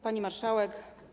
Pani Marszałek!